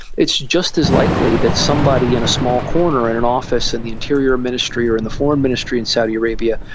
it's just as likely that somebody in a small corner in an office in the interior ministry or in the foreign ministry in saudi arabia,